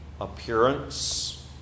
appearance